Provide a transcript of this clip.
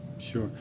Sure